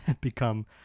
become